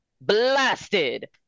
blasted